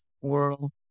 world